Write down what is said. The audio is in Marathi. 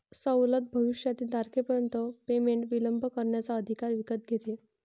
सवलत भविष्यातील तारखेपर्यंत पेमेंट विलंब करण्याचा अधिकार विकत घेते